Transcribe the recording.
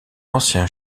ancien